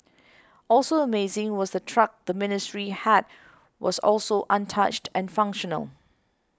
also amazing was the truck the Ministry had was also untouched and functional